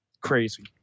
crazy